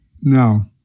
No